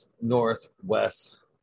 Northwest